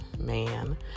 man